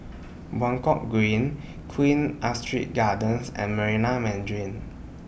Buangkok Green Queen Astrid Gardens and Marina Mandarin